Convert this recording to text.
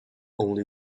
only